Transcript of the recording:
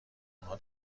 انها